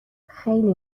خیلی